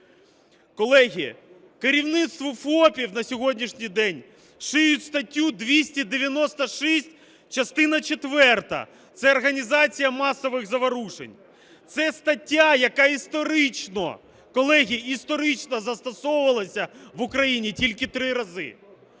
Колеги, керівництву ФОПів на сьогоднішній день "шиють" статтю 296, частина четверта – це організація масових заворушень. Це стаття, яка історично, колеги, історично застосовувалася в Україні тільки три рази.